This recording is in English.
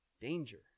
danger